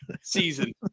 Season